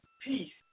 peace